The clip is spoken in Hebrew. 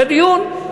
זה דיון.